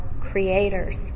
creator's